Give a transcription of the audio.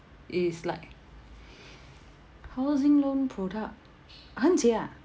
it's like housing loan product hen jie ah